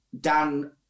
Dan